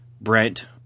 Brent